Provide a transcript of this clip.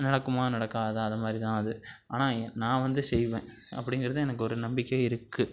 நடக்குமா நடக்காதா அதை மாதிரி தான் அது ஆனால் எ நான் வந்து செய்வேன் அப்படிங்கிறது எனக்கு ஒரு நம்பிக்கை இருக்கு